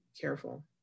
careful